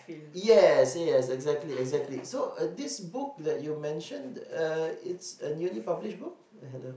yes yes exactly exactly so this book that you've mentioned uh it's a newly published book